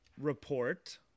report